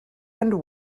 and